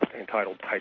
entitled